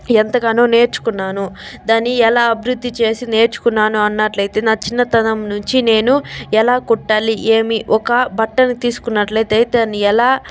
ఎంతగానో నేర్చున్నాను దాన్ని ఎలా అభివృద్ధి చేసి నేర్చున్నాను అన్నట్లయితే నా చిన్న తనం నుంచి నేను ఎలా కుట్టాలి ఏమి ఒక బట్టను తీసుకున్నట్లైతే దాన్ని ఎలా